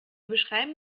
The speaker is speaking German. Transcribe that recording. beschreiben